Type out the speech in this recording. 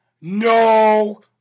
No